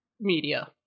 media